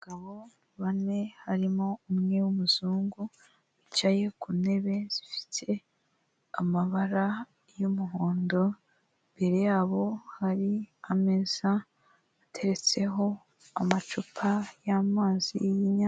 Abagabo bane harimo umwe w'umuzungu wicaye ku ntebe zifite amabara y'umuhondo imbere yabo hari ameza ateretseho amacupa y'amazi y'inya........